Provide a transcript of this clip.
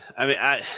i